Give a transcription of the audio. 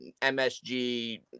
MSG